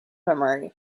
memory